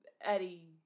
Eddie